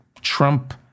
Trump